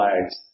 flags